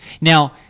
Now